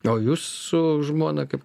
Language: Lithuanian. o jūs su žmona kaip